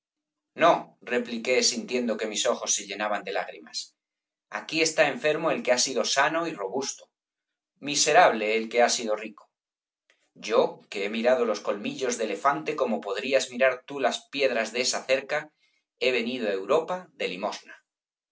no repliqué sintiendo que mis ojos se llenaban de lágrimas aquí está enfermo el que ha sido sano y robusto miserable el que ha sido rico yo que he mirado los colmillos de elefante como podrías mirar tú las piedras de esa cerca he venido á europa de limosna